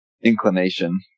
inclination